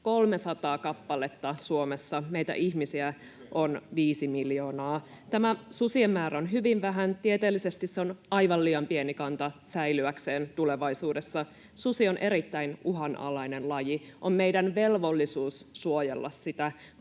Luken mukaan!] Meitä ihmisiä on viisi miljoonaa. Tämä susien määrä on hyvin vähäinen. Tieteellisesti se on aivan liian pieni kanta säilyäkseen tulevaisuudessa. Susi on erittäin uhanalainen laji. Meillä on velvollisuus suojella sitä.